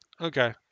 Okay